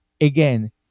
again